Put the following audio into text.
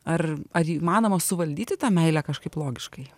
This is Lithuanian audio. ar ar įmanoma suvaldyti tą meilę kažkaip logiškai